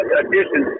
addition